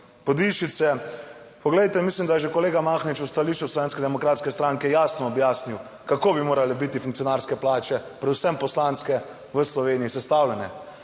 povišice. Poglejte, mislim, da je že kolega Mahnič v stališču Slovenske demokratske stranke jasno objasnil kako bi morale biti funkcionarske plače, predvsem poslanske v Sloveniji sestavljene.